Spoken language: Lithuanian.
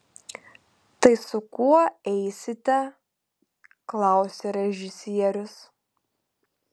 tai su kuo eisite klausia režisierius